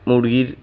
মুরগির